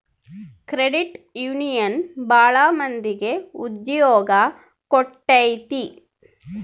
credit union ಭಾಳ ಮಂದಿಗೆ ಉದ್ಯೋಗ ಕೊಟ್ಟೈತಿ